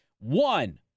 one